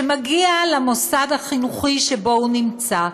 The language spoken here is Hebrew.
שמגיע למוסד החינוכי שבו הוא נמצא,